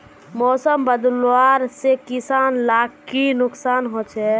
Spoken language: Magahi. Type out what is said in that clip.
मौसम बदलाव से किसान लाक की नुकसान होचे?